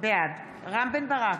בעד רם בן ברק,